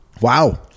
wow